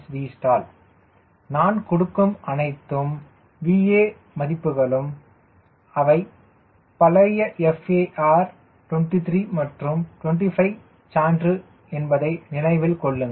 3 Vstall நான் கொடுக்கும் அனைத்து VA மதிப்புகளும் அவை பழைய FAR23 மற்றும் 25 சான்று என்பதை நினைவில் கொள்ளுங்கள்